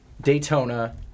Daytona